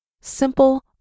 simple